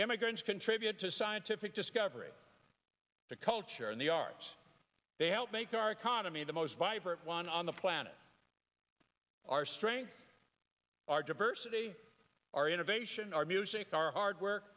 immigrants contribute to scientific discovery the culture and the arts they help make our economy the most vibrant one on the planet our strength our diversity our innovation our music our hard work